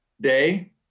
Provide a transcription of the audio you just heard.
day